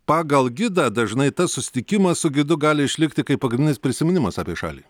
pagal gidą dažnai tas susitikimas su gidu gali išlikti kaip pagrindinis prisiminimas apie šalį